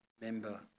member